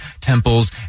temples